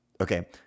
okay